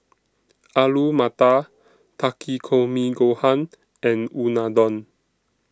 Alu Matar Takikomi Gohan and Unadon